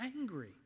angry